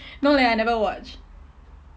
no leh I never watch